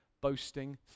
boasting